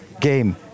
game